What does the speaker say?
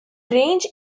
range